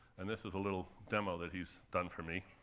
and this is a little demo that he's done for me,